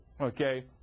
okay